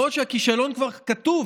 יכול להיות שהכישלון כבר כתוב,